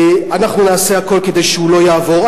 אנחנו נעשה הכול כדי שהוא לא יעבור.